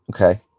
Okay